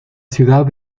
ciudad